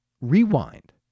rewind